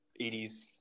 80s